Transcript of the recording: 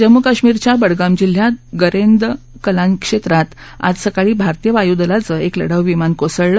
जम्मू कश्मीरच्या बडगाम जिल्ह्यात गरेन्द कलान क्षेत्रात आज सकाळी भारतीय वायुदलाचं क्रि लढाऊ विमान कोसळलं